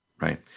right